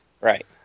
Right